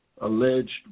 alleged